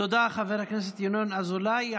תודה, חבר הכנסת ינון אזולאי.